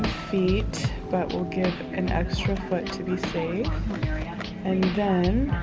feet but we'll give an extra foot to be safe and then